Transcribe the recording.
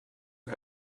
who